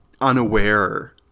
unaware